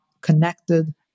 connected